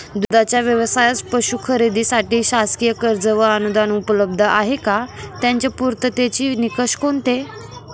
दूधाचा व्यवसायास पशू खरेदीसाठी शासकीय कर्ज व अनुदान उपलब्ध आहे का? त्याचे पूर्ततेचे निकष कोणते?